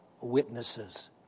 witnesses